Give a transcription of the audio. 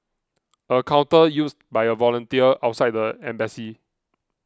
a counter used by a volunteer outside the embassy